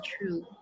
true